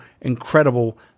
incredible